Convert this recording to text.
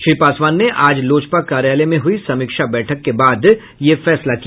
श्री पासवान ने आज लोजपा कार्यालय में हुई समीक्षा बैठक के बाद यह फैसला किया